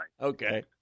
Okay